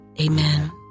Amen